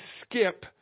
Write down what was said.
skip